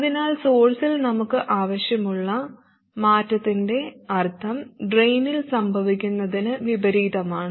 അതിനാൽ സോഴ്സിൽ നമുക്ക് ആവശ്യമുള്ള മാറ്റത്തിന്റെ അർത്ഥം ഡ്രെയിനിൽ സംഭവിക്കുന്നതിനു വിപരീതമാണ്